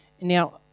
Now